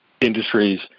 industries